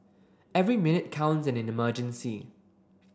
every minute counts in an emergency